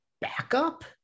backup